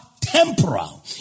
temporal